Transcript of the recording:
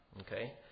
Okay